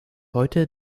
heute